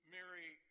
Mary